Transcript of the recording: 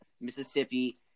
Mississippi